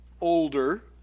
older